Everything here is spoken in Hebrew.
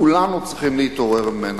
כולנו צריכים להתעורר ממנה,